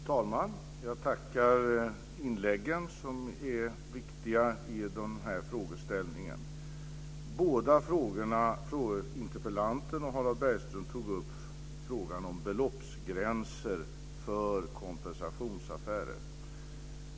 Fru talman! Jag tackar för inläggen, som är viktiga i den här frågeställningen. Interpellanten och Harald Bergström tog upp frågan om beloppsgränser för kompensationsaffärer.